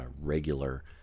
regular